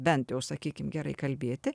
bent jau sakykim gerai kalbėti